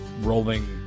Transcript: Rolling